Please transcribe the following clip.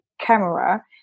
camera